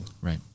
right